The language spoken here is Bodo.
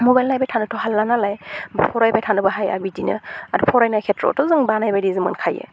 मबाइल नायबाय थानोथ' हाला नालाय फरायबाय थानोबो हाया बिदिनो आरो फरायनाय खेथ्रआवथ जों बानायबाय दे जों मोनखायो